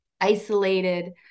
isolated